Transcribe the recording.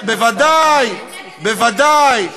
בוודאי.